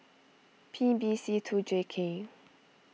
P B C two J K